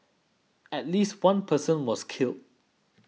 at least one person was killed